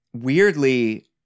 weirdly